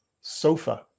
sofa